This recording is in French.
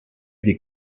des